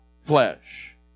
flesh